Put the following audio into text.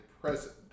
present